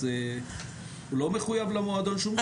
אז הוא לא מחויב למועדון שום דבר.